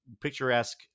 picturesque